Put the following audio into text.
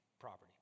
property